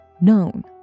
known